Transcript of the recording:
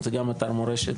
זה גם אתר מורשת,